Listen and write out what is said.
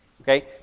Okay